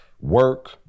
work